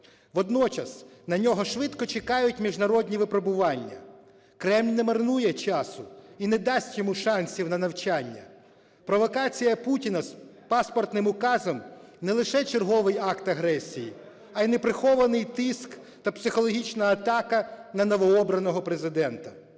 Водночас на нього швидко чекають міжнародні випробування, Кремль не марнує часу і не дасть йому шансів на навчання. Провокація Путіна з паспортним указом – не лише черговий акт агресії, а й неприхований тиск та психологічна атака на новобраного Президента.